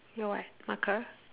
your what marker